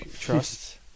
trust